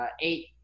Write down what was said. eight